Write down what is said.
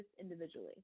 individually